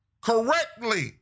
correctly